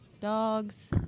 dogs